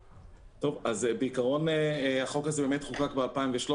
בעיקרון החוק הזה חוקק ב-2013.